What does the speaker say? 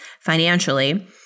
financially